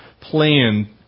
plan